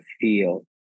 feel